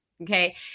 okay